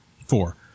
Four